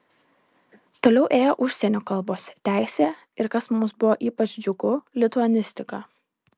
toliau ėjo užsienio kalbos teisė ir kas mums buvo ypač džiugu lituanistika